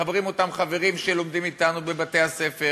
מחברים אותם חברים שלומדים אתנו בבתי-הספר